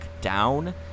down